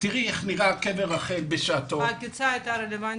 תראי איך נראה קבר רחל בשעתו --- העקיצה הייתה רלוונטית?